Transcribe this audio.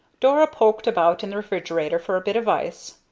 dora poked about in the refrigerator for a bit of ice.